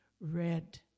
red